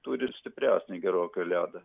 turi stipresnį gerokai ledą